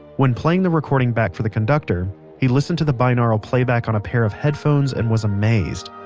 when playing the recording back for the conductor he listened to the binaural playback on a pair of headphones and was amazed.